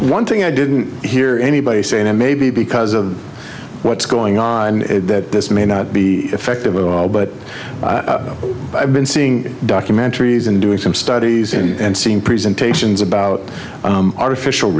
one thing i didn't hear anybody say and maybe because of what's going on that this may not be effective but i've been seeing documentaries and doing some studies and seeing presentations about artificial